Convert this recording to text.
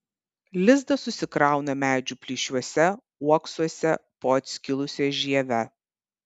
lizdą susikrauna medžių plyšiuose uoksuose po atskilusia žieve